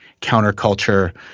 counterculture